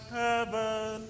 heaven